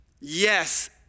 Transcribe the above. Yes